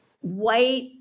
white